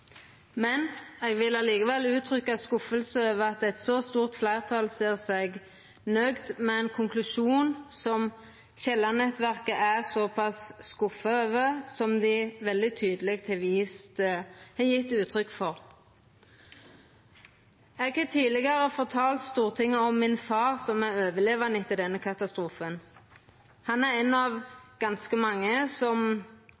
men eg vil likevel uttrykkja skuffelse over at eit så stort fleirtal ser seg nøgd med ein konklusjon som Kielland-nettverket er såpass skuffa over, som dei veldig tydeleg har gjeve uttrykk for. Eg har tidlegare fortalt Stortinget om min far som er overlevande etter denne katastrofen. Han er ein